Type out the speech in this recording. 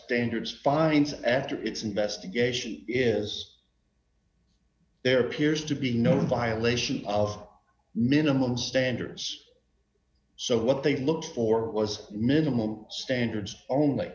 standards finds after its investigation is there appears to be no violation of minimum standards so what they look for was minimum standards only